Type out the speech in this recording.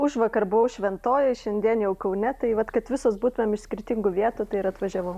užvakar buvau šventojoj šiandien jau kaune tai vat kad visos būtumėm iš skirtingų vietų tai ir atvažiavau